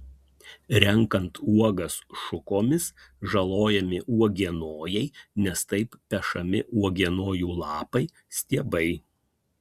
renkant uogas šukomis žalojami uogienojai nes taip pešami uogienojų lapai stiebai